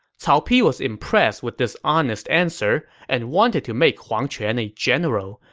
cao pi was impressed with this honest answer and wanted to make huang quan a general,